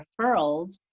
referrals